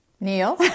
Neil